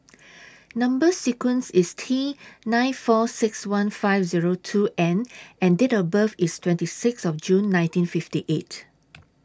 Number sequence IS T nine four six one five Zero two N and Date of birth IS twenty six of June nineteen fifty eight